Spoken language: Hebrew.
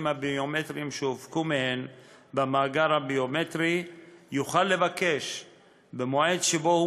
הביומטריים שהופקו מהן במאגר הביומטרי יוכל לבקש במועד שבו הוא